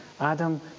Adam